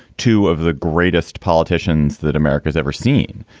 two of the greatest politicians that america has ever seen.